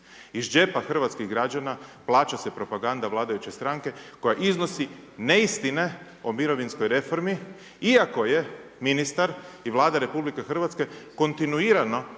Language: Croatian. Iz džepa hrvatskih građana plaća se propaganda vladajuće stranke koja iznose neistine o mirovinskoj reformi iako je ministar i Vlada Rh kontinuirano